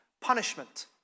punishment